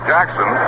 Jackson